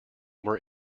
were